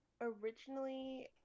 originally